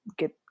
get